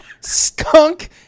skunk